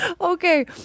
Okay